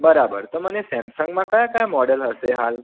બરાબર તો મને સેમસંગમાં કયા કયા મોડેલ હશે હાલ